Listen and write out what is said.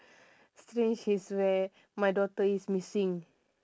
strange is where my daughter is missing